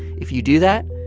if you do that,